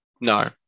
No